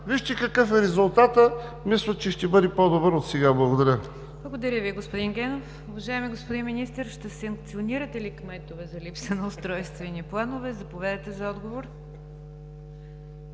вижте какъв е резултатът и мисля, че ще бъде по-добър отсега. Благодаря. ПРЕДСЕДАТЕЛ НИГЯР ДЖАФЕР: Благодаря Ви, господин Генов. Уважаеми господин Министър, ще санкционирате ли кметове за липсата на устройствени планове? Заповядайте за отговор.